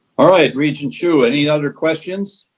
all right, regent hsu, any other questions.